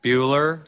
Bueller